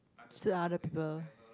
still other people